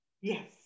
Yes